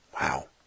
Wow